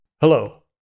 Hello